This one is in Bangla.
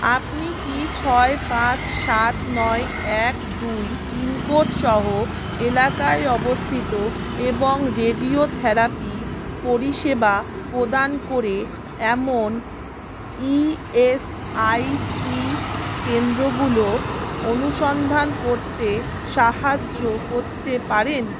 আপনি কি ছয় পাঁচ সাত নয় এক দুই পিনকোড সহ এলাকায় অবস্থিত এবং রেডিওথেরাপি পরিষেবা প্রদান করে এমন ই এস আই সি কেন্দ্রগুলো অনুসন্ধান করতে সাহায্য করতে পারেন